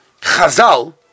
Chazal